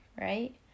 right